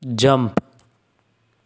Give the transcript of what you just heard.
jump